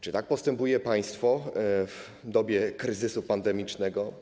Czy tak postępuje państwo w dobie kryzysu pandemicznego?